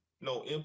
no